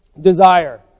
desire